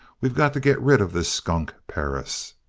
we got to get rid of this skunk perris.